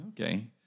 Okay